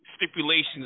stipulations